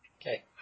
Okay